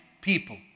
people